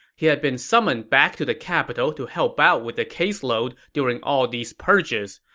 he had been summoned back to the capital to help out with the caseload during all these purges.